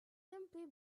simply